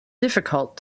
difficult